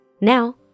Now